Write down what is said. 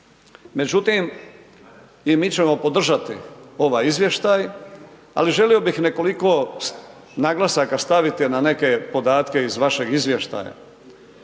Međutim, i mi ćemo podržati ovaj izvještaj, ali želio bih nekoliko naglasaka staviti na neke podatke iz vašeg izvještaja.